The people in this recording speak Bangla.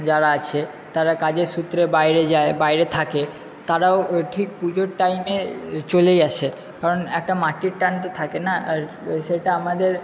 যারা আছে তারা কাজের সূত্রে বাইরে যায় বাইরে থাকে তারাও ঠিক পুজোর টাইমে চলেই আসে কারণ একটা মাটির টান তো থাকে না আর সেটা আমাদের